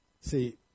See